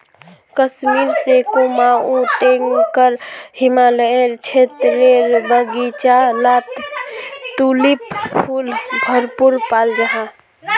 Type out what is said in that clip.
कश्मीर से कुमाऊं टेकर हिमालयी क्षेत्रेर बघिचा लात तुलिप फुल भरपूर पाल जाहा